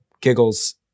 giggles